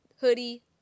hoodie